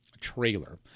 trailer